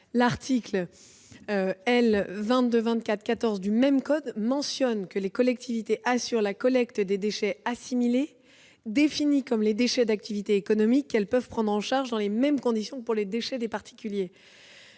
L'article L. 2224-14 du même code prévoit que les collectivités territoriales assurent la collecte des déchets assimilés, définis comme les déchets d'activités économiques qu'elles peuvent prendre en charge dans les mêmes conditions que les déchets des particuliers.